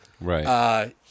right